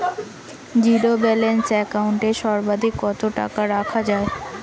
Zero balance account এ সর্বাধিক কত টাকা রাখা য়ায়?